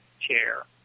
chair